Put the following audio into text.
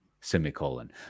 semicolon